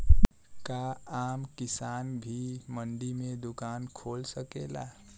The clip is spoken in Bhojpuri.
का आम किसान भी मंडी में दुकान खोल सकेला?